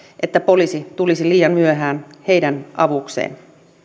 että poliisi tulisi liian myöhään heidän avukseen